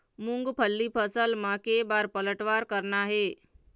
मूंगफली फसल म के बार पलटवार करना हे?